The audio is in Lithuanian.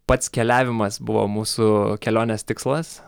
pats keliavimas buvo mūsų kelionės tikslas